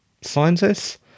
scientists